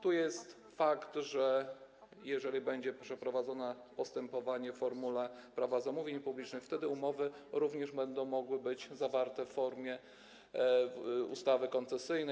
Tu jest faktem to, że jeżeli będzie przeprowadzone postępowanie w formule Prawa zamówień publicznych, wtedy umowy również będą mogły być zawarte w formule ustawy koncesyjnej.